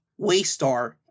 Waystar